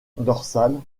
dorsale